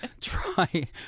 Try